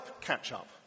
catch-up